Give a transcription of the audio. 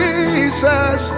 Jesus